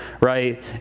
right